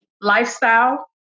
Lifestyle